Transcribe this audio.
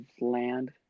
land